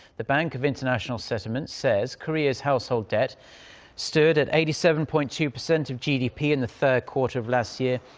the bank for international settlements says korea's household debt stood at eighty seven point two percent of gdp in the third quarter of last year.